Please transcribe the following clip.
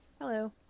Hello